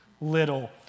little